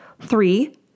Three